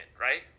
right